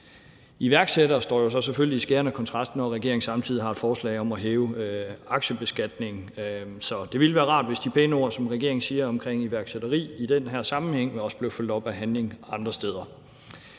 iværksættere står jo selvfølgelig i skærende kontrast til det, at regeringen samtidig har et forslag om at hæve aktiebeskatningen. Så det ville være rart, hvis de pæne ord, som regeringen siger i forhold til iværksætteri i den her sammenhæng, også blev fulgt op af handling andre steder.